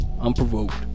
unprovoked